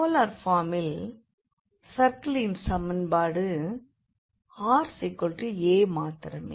polar பார்மில் சர்க்கிளின் சமன்பாடு raமாத்திரமே